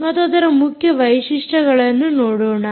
ಮತ್ತು ಅದರ ಮುಖ್ಯ ವೈಶಿಷ್ಟ್ಯಗಳನ್ನು ನೋಡೋಣ